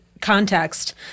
context